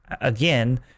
again